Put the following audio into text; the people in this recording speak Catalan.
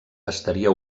estaria